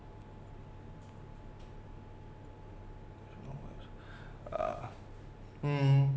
ah mm